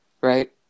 Right